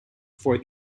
for